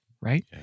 Right